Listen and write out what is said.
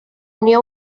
unió